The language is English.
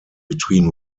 between